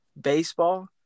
baseball